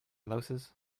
louses